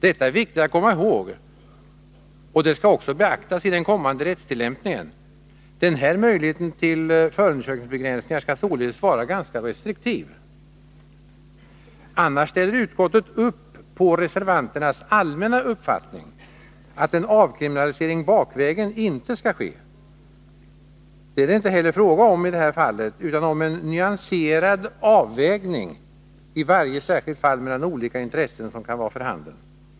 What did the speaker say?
Detta är viktigt att komma ihåg, och det skall också beaktas i den kommande rättstillämpningen. Denna möjlighet till förundersökningsbegränsningar skall således brukas ganska restriktivt. 2 Utskottet delar reservanternas allmänna uppfattning att en avkriminalisering ”bakvägen” inte skall ske. Men det är det inte heller fråga om i detta fall, utan här gäller det en nyanserad avvägning i varje särskilt fall mellan olika intressen som kan vara för handen.